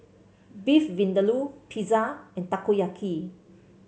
Beef Vindaloo Pizza and Takoyaki